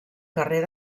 carrer